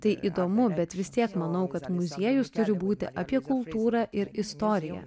tai įdomu bet vis tiek manau kad muziejus turi būti apie kultūrą ir istoriją